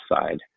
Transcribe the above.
side